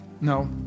No